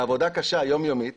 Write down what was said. בעבודה קשה יומיומית